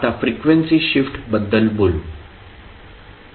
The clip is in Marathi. आता फ्रिक्वेन्सी शिफ्ट बद्दल बोलू